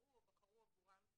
בחרו או בחרו עבורם שילמדו.